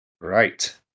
Right